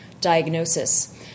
diagnosis